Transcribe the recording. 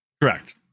Correct